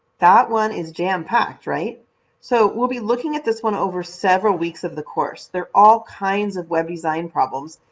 that one is jam-packed. so we'll be looking at this one over several weeks of the course. there are all kinds of web design problems.